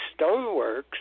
stoneworks